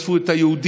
רדפו את היהודים,